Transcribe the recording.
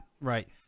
right